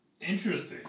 Interesting